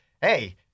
hey